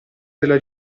della